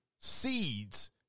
seeds